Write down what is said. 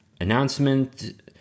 announcement